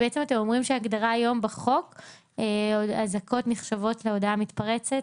אתם אומרים שבהגדרה היום בחוק אזעקות נחשבות להודעה מתפרצת?